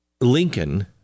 Lincoln